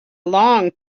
long